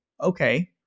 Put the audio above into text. okay